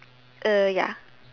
uh ya